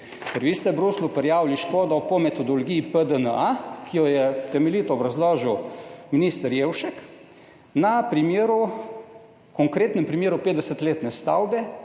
Ker vi ste v Bruslju prijavili škodo po metodologiji PDNA, ki jo je temeljito obrazložil minister Jevšek na primeru, konkretnem primeru 50-letne stavbe,